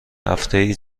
هفتهای